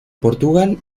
portugal